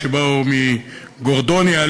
שבאו מ"גורדוניה",